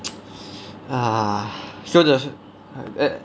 ah so the and